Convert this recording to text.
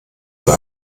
für